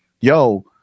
yo